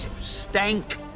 Stank